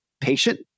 patient